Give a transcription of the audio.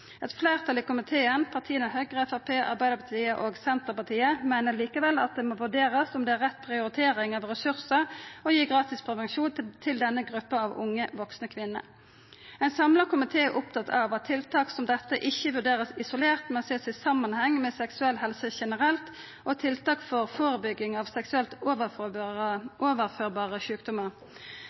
Eit fleirtal i komiteen, partia Høgre, Framstegspartiet, Arbeidarpartiet og Senterpartiet meiner at det likevel må vurderast om det er rett prioritering av ressursar å gi gratis prevensjon til denne gruppa av unge, vaksne kvinner. Ein samla komité er opptatt av at tiltak som dette ikkje må vurderast isolert, men at ein ser det i samanheng med seksuell helse generelt og tiltak for førebygging av seksuelt overførbare sjukdomar.